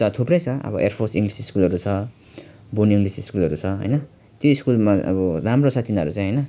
थुप्रै छ अब एयर र्फोस इङ्ग्लिस स्कुलहरू छ बुन इङ्ग्लिस स्कुलहरू छ होइन ती स्कुलमा अब राम्रो छ तिनीहरू चाहिँ होइन